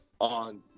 on